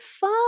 fun